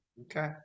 okay